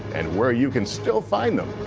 and where you can still find them.